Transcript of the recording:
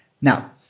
Now